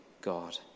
God